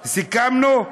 סיכמנו?